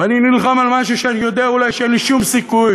ואני נלחם על משהו שאני יודע אולי שאין לי שום סיכוי,